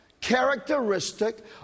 characteristic